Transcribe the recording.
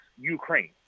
Ukraine